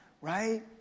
right